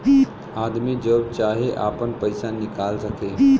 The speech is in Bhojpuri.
आदमी जब चाहे आपन पइसा निकाल सके